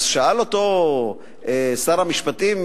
אז שאל אותו שר המשפטים,